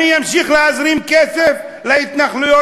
אני אמשיך להזרים כסף להתנחלויות,